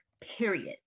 Period